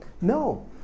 No